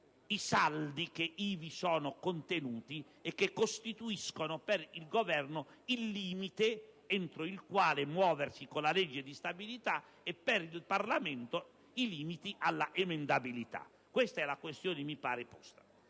i saldi ivi contenuti e che costituiscono, per il Governo, il limite entro il quale muoversi con la legge di stabilità e, per il Parlamento, i limiti alla emendabilità? Questa è la questione posta,